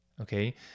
Okay